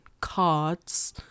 cards